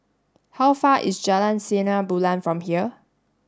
how far away is Jalan Sinar Bulan from here